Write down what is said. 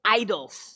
idols